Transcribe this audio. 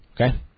Okay